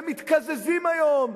הם מתקזזים היום.